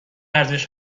ارزش